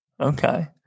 Okay